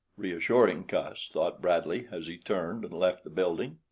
reassuring cuss, thought bradley as he turned and left the building.